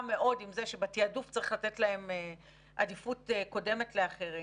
מאוד עם זה שבתעדוף צריך לתת להם עדיפות על פני אחרים